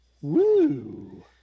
Woo